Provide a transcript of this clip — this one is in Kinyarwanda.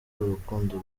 urukundo